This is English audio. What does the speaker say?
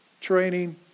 training